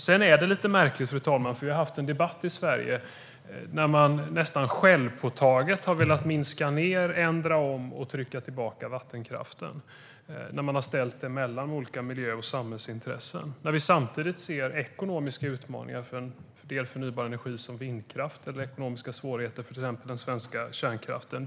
Det är lite märkligt, fru talman, att det har varit en debatt i Sverige där man nästan självpåtaget har velat minska ned, ändra om och trycka tillbaka vattenkraften när den har ställts mellan olika miljö och samhällsintressen. Samtidigt ser vi ekonomiska utmaningar för förnybar energi som vindkraft och ekonomiska svårigheter för exempelvis den svenska kärnkraften.